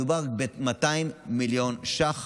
מדובר ב-200 מיליון ש"ח